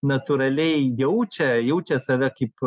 natūraliai jaučia jaučia save kaip